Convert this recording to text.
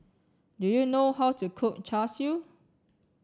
do you know how to cook Char Siu